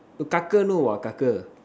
you know ah